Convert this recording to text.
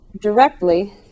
directly